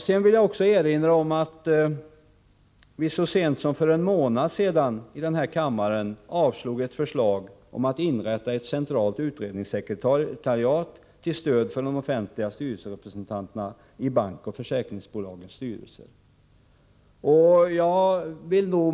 Jag vill också erinra om att vi i denna kammare så sent som för en månad sedan avslog ett förslag om att inrätta ett centralt utredningssekretariat till stöd för de offentliga styrelserepresentanterna i bankernas och försäkringsbolagens styrelser.